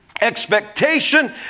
Expectation